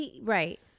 Right